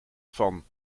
van